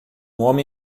homem